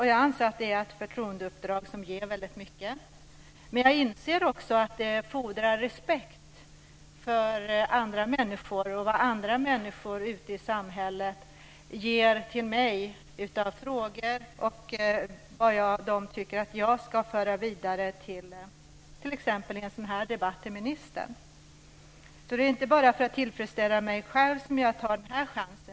Jag anser att det är ett förtroendeuppdrag som ger väldigt mycket, men jag inser också att det fordrar respekt för andra människor och vad andra människor ute i samhället ger till mig i form av frågor och vad de tycker att jag ska föra vidare t.ex. i en sådan här debatt till ministern. Så det är inte bara för att tillfredsställa mig själv som jag tar den här chansen.